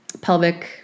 pelvic